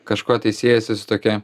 kažkuo siejasi su tokia